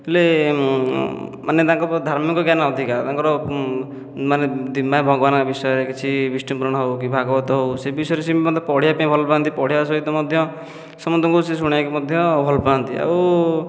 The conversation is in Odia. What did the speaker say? ଥିଲେ ମାନେ ତାଙ୍କର ଧାର୍ମିକ ଜ୍ଞାନ ଅଧିକା ତାଙ୍କର ମାନେ ମାନେ ଭଗବାନଙ୍କ ବିଷୟରେ କିଛି ବିଷ୍ଣୁ ପୁରାଣ ହେଉ କି ଭାଗବତ ହେଉ ସେ ବିଷୟରେ ସେ ମଧ୍ୟ ପଢ଼ିବା ପାଇଁ ଭଲ ପାଆନ୍ତି ପଢ଼ିବା ସହିତ ମଧ୍ୟ ସମସ୍ତଙ୍କୁ ସେ ଶୁଣିବାକୁ ମଧ୍ୟ ଭଲ ପାଆନ୍ତି ଆଉ